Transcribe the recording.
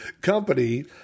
company